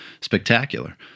spectacular